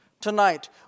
tonight